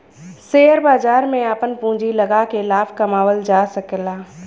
share बाजार में आपन पूँजी लगाके लाभ कमावल जा सकला